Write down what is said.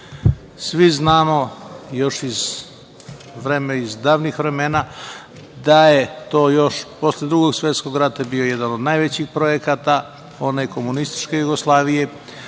Svi znamo još iz davnih vremena da je to još posle Drugog svetskog rata bio jedan od najvećih projekata one komunističke Jugoslavije.